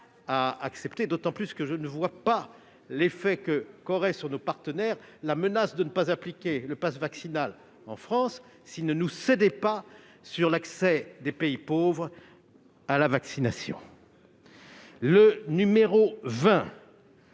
à accepter, d'autant que je ne vois pas quel effet aurait sur nos partenaires la menace de ne pas appliquer le passe vaccinal en France s'ils ne nous cédaient pas sur l'accès des pays pauvres à la vaccination. L'avis de